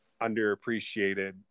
underappreciated